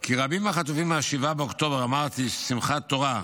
כי רבים מהחטופים מ-7 באוקטובר, אמרתי, שמחת תורה,